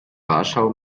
warschau